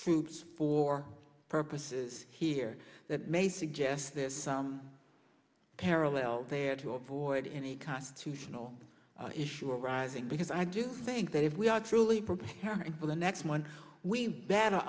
troops for purposes here that may suggest there's some parallel there to avoid any constitutional issue arising because i do think that if we are truly preparing for the next month we bett